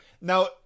now